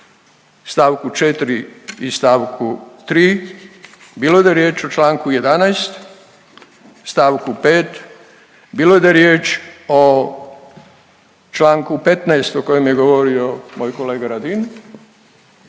stavku 4. i stavku 3., bilo da je riječ o članku 11. stavku 5., bilo da je riječ o članku 15. o kojem je govorio moj kolega Radin